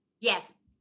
Yes